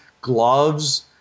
gloves